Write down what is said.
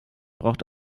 braucht